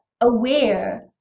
aware